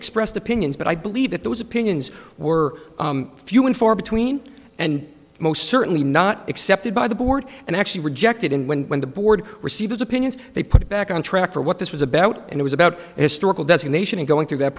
expressed opinions but i believe that those opinions were few and far between and most certainly not accepted by the board and actually rejected and when when the board receives opinions they put it back on track for what this was about and it was about historical designation and going through that